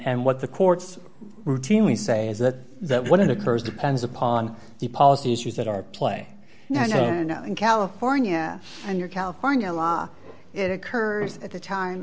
nd what the courts routinely say is that that when it occurs depends upon the policy issues that are play in california and your california law it occurs at the time